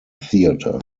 theatre